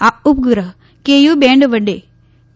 આ ઉપગ્રહ કે